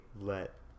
let